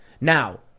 Now